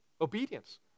obedience